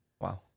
Wow